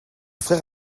frère